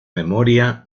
memoria